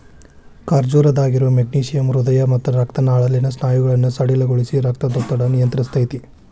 ಖರ್ಜೂರದಾಗಿರೋ magnesium ಹೃದಯ ಮತ್ತ ರಕ್ತನಾಳಗಳಲ್ಲಿನ ಸ್ನಾಯುಗಳನ್ನ ಸಡಿಲಗೊಳಿಸಿ, ರಕ್ತದೊತ್ತಡನ ನಿಯಂತ್ರಸ್ತೆತಿ